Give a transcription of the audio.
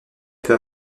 peut